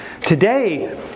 today